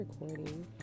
recording